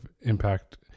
impact